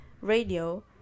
radio